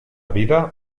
vida